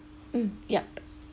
mm yup